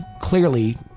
clearly